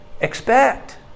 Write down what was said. expect